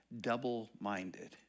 double-minded